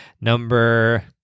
number